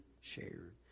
shared